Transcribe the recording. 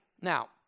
Now